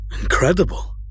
Incredible